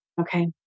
Okay